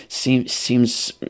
Seems